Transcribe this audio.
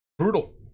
Brutal